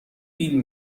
بیل